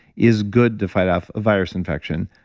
is good to fight off a virus infection,